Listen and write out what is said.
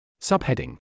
Subheading